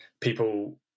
people